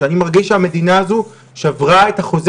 אני מרגיש שהמדינה הזו שברה את החוזה